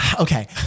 Okay